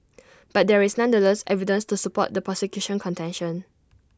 but there is nonetheless evidence to support the prosecution's contention